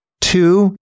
Two